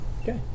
Okay